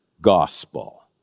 gospel